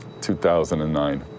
2009